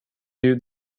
you